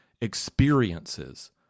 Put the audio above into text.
experiences